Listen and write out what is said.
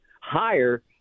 higher